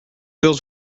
bills